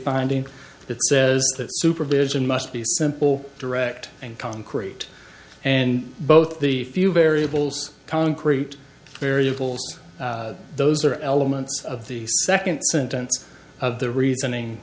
finding that says that supervision must be simple direct and concrete and both the few variables concrete variables those are elements of the second sentence of the reasoning